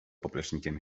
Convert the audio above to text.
poplecznikiem